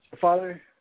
Father